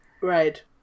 Right